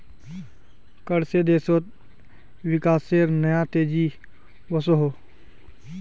कर से देशोत विकासेर नया तेज़ी वोसोहो